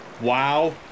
Wow